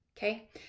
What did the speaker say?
Okay